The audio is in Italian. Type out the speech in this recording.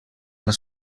alla